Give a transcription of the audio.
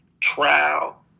trial